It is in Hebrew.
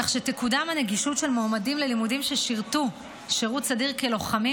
כך שתקודם הנגישות של המועמדים ללימודים ששירתו שירות סדיר כלוחמים